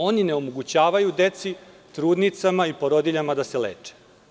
Oni ne omogućavaju deci, trudnicama i porodiljama da se leče.